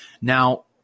Now